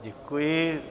Děkuji.